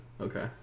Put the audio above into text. Okay